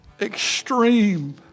extreme